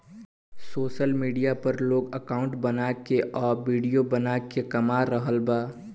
social media पर लोग account बना के आ विडिओ बना के कमा रहल बा